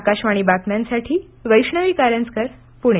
आकाशवाणीच्या बातम्यांसाठी वैष्णवी कारजकर पुणे